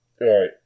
Right